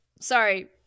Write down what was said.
Sorry